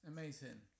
Amazing